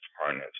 harness